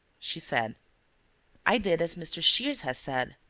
she said i did as mr. shears has said.